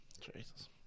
Jesus